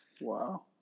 Wow